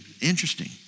Interesting